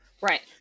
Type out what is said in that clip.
Right